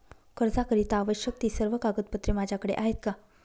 कर्जाकरीता आवश्यक ति सर्व कागदपत्रे माझ्याकडे आहेत का?